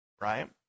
Right